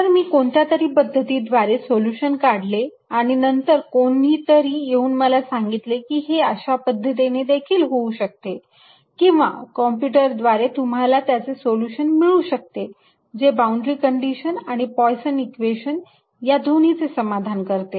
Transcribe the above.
जर मी कोणत्यातरी पद्धतीद्वारे सोल्युशन काढले आणि नंतर कोणीतरी येऊन मला सांगितले की हे अशा पद्धतीने देखील होऊ शकते किंवा कॉम्प्युटर द्वारे तुम्हाला त्याचे सोल्युशन मिळू शकते जे बाउंड्री कंडिशन आणि पोयसन इक्वेशन या दोन्हींचे समाधान करते